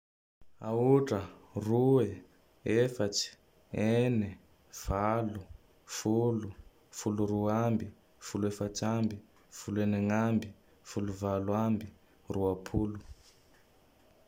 Aotra, roe, efatse, ene, valo, folo, folo roa ambe, folo efatse ambe, folo enegn'ambe, folo valo ambe, roapolo.